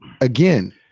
Again